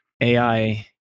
AI